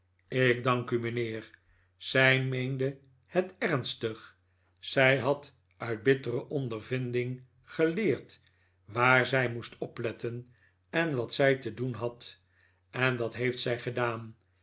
ik dank u mijnheer zij meende het ernstig zij had uit bittere ondervinding geleerd waar zij moest opletten en wat zij te doen had en dat heeft zij gedaan